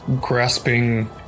grasping